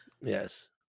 Yes